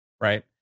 Right